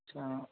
अच्छा